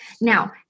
Now